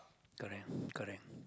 correct correct